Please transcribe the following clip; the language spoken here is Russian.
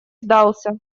сдался